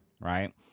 right